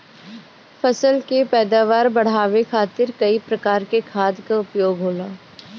फसल के पैदावार बढ़ावे खातिर कई प्रकार के खाद कअ उपयोग होला